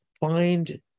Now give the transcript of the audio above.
find